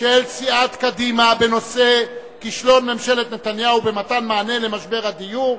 של סיעת קדימה בנושא: כישלון ממשלת נתניהו במתן מענה על משבר הדיור,